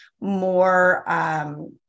more